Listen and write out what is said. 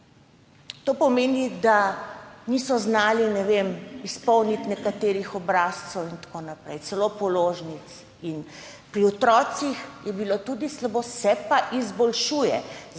To pomeni, da niso znali izpolniti nekaterih obrazcev in tako naprej, celo položnic. Pri otrocih je bilo tudi slabo, se pa izboljšuje.